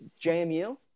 JMU